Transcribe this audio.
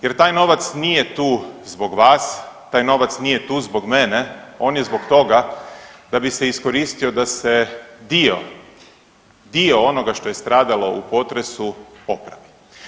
Jer taj novac nije tu zbog vas, taj novac nije tu zbog mene on je zbog toga da bi se iskoristio da se dio, dio onoga što je stradalo u potresu popravi.